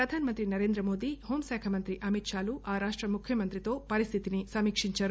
ప్రధానమంత్రి నరేంద్రమోదీ హోంశాఖ మంత్రి అమిత్ షాలు ఆ రాష్ట ముఖ్యమంత్రితో పరిస్థితిని సమీక్షించారు